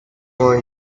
more